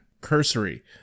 Cursory